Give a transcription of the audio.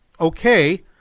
okay